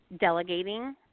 delegating